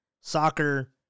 soccer